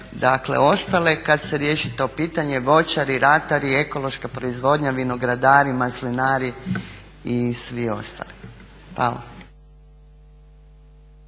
za sve ostale kad se riješi to pitanje voćari, ratari, ekološka proizvodnja, vinogradari, maslinari i svi ostali. Hvala.